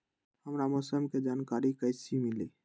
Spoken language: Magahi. हमरा मौसम के जानकारी कैसी मिली?